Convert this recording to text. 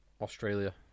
Australia